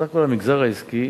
בסך הכול המגזר העסקי